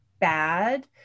bad